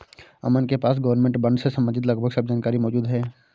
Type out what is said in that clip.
अमन के पास government bond से सम्बंधित लगभग सब जानकारी मौजूद है